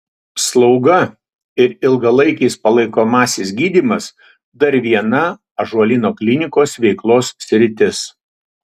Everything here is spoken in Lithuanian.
slauga ir ilgalaikis palaikomasis gydymas dar viena ąžuolyno klinikos veiklos sritis